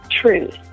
truth